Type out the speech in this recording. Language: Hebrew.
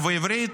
ובעברית,